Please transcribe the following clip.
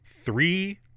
three